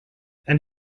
and